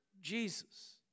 Jesus